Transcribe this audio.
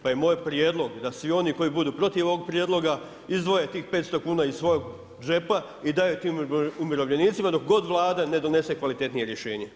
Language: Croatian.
Pa i moj prijedlog da svi oni koji budu protiv ovog prijedloga izdvoje tih 500 kuna iz tog džepa i daju tim umirovljenici dok god Vlada ne donese kvalitetnije rješenje.